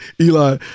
Eli